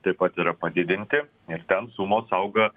taip pat yra padidinti ir ten sumos auga